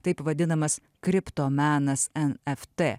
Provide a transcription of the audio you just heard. taip vadinamas kriptos menas en ef tė